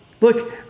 Look